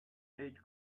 aid